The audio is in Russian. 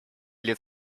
или